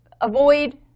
avoid